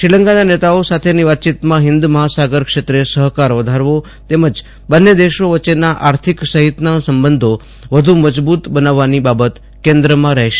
શ્રીલંકાના નેતાઓ સાથેની વાતચીતમાં હિંદ મહાસાગર ક્ષેત્રે સહકાર વધારવો તેમજ બંને દેશો વચ્ચેના આર્થિક સહિતના સંબંધો વધુ મજબૂત બનાવવાની બાબત કેન્દ્રમાં રહેશે